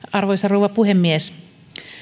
arvoisa rouva puhemies